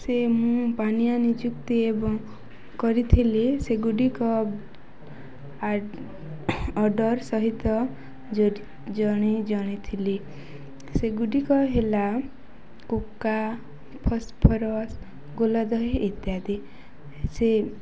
ସେ ମୁଁ ପାନୀୟଆ ନିଯୁକ୍ତି ଏବଂ କରିଥିଲି ସେଗୁଡ଼ିକ ଅର୍ଡ଼ର ସହିତ ଜଣିଥିଲି ସେଗୁଡ଼ିକ ହେଲା କୁକା ଫସଫରସ ଗୁଲା ଦହି ଇତ୍ୟାଦି ସେ